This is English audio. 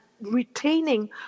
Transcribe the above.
retaining